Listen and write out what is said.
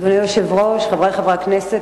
אדוני היושב-ראש, חברי חברי הכנסת,